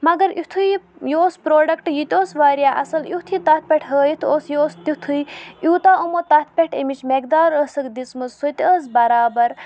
مگر اِتھُے یہِ یہِ اوس پرٛوڈَکٹ یہِ تہِ اوس واریاہ اَصٕل یُتھ یہِ تَتھ پٮ۪ٹھ ہٲیِتھ اوس یہِ اوس تِتھُے یوٗتاہ یِمو تَتھ پٮ۪ٹھ ایٚمِچ میقدار ٲسٕکھ دِژمٕژ سُہ تہِ ٲس بَرابَر